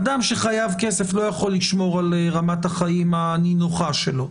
אדם שחייב כסף לא יכול לשמור על רמת החיים הנינוחה שלו.